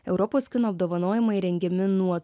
europos kino apdovanojimai rengiami nuo